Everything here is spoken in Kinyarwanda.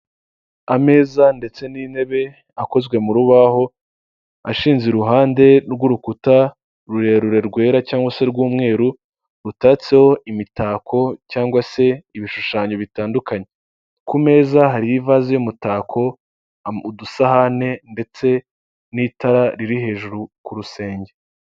Ameza ndetse n'intebe akozwe mu rubaho, ashinze iruhande rw'urukuta rurerure rwera cyangwa se rw'umweru, rutatseho imitako cyangwa se ibishushanyo bitandukanye, ku meza hari ivazi z'umutako udusahane ndetse n'itara riri hejuru ku rusenge.